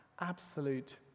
absolute